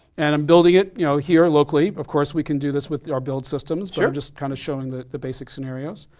and i'm building it you know here locally. of course, we can do this with our build systems. i'm just kind of showing the the basic scenarios.